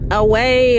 away